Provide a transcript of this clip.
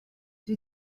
dwi